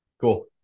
Cool